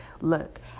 look